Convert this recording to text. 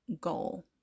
goal